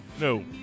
no